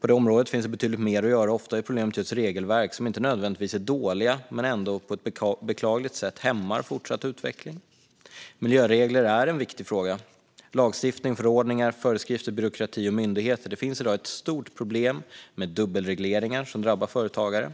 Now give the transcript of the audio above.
På detta område finns det betydligt mer att göra. Ofta är problemet just regelverk, som inte nödvändigtvis är dåliga men som ändå på ett beklagligt sätt hämmar fortsatt utveckling. Miljöregler är en viktig fråga. Det handlar om lagstiftning, förordningar, föreskrifter, byråkrati och myndigheter. Men det finns i dag ett stort problem med dubbelregleringar som drabbar företagare.